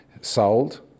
sold